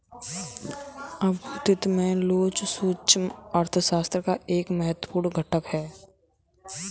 आपूर्ति में लोच सूक्ष्म अर्थशास्त्र का एक महत्वपूर्ण घटक है